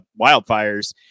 wildfires